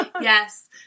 Yes